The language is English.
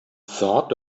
thought